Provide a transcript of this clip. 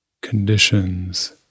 conditions